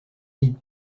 édith